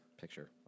picture